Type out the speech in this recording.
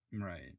Right